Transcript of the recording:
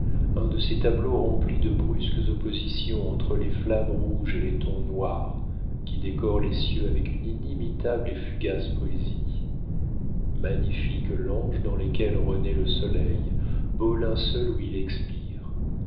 un de ces tableaux remplis de brusques oppositions entre les flammes rouges et les tons noirs qui décorent les cieux avec une inimitable et fugace poésie magnifiques langes dans lesquels renaît le soleil beau linceul où il expire